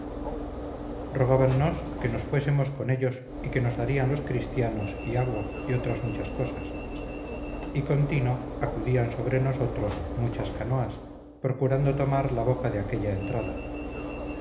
rogábannos que nos fuésemos con ellos y que nos darían los cristianos y agua y otras muchas cosas y contino acudían sobre nosotros muchas canoas procurando tomar la boca de aquella entrada